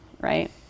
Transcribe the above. right